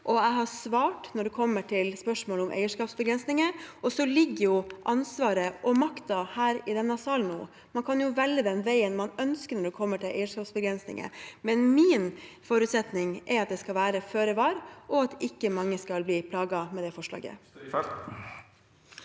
jeg har svart når det gjelder spørsmålet om eierskapsbegrensninger. Nå ligger ansvaret og makten her i denne salen. Man kan velge den veien man ønsker, når det gjelder eierskapsbegrensninger, men min forutsetning er at jeg skal være føre var, og at ikke mange skal bli plaget med det forslaget.